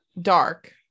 dark